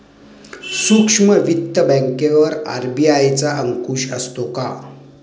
सूक्ष्म वित्त बँकेवर आर.बी.आय चा अंकुश असतो का?